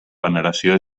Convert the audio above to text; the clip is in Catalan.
veneració